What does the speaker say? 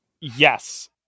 Yes